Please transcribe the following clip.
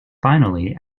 finally